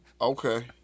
Okay